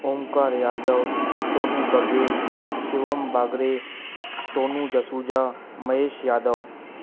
Onkar Yadav Sonu Baghel Shivam Bagre Sonu Jasuja Mahesh Yadav